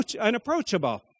unapproachable